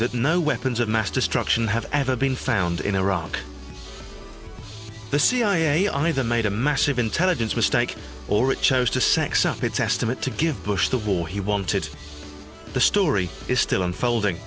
that no weapons of mass destruction have ever been found in iraq the cia either made a massive intelligence mistake or it chose to sex up its estimate to give bush the war he wanted the story is still unfolding